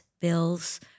bills